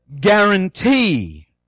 guarantee